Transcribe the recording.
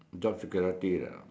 job security lah